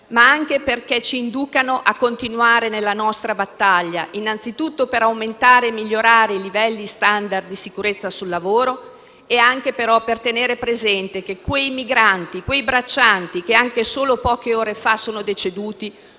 ma anche per indurci a continuare nella nostra battaglia per aumentare e migliorare i livelli *standard* di sicurezza sul lavoro e anche per tenere presente che quei migranti e quei braccianti, che anche solo poche ore fa sono deceduti,